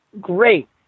great